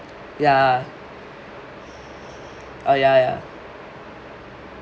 ya uh ya ya